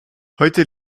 heute